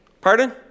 Pardon